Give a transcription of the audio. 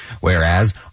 Whereas